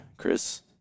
Chris